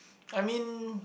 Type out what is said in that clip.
I mean